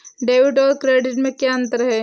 Debit और credit में क्या अंतर है?